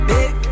Big